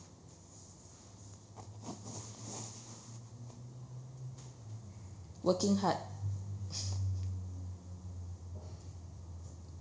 working hard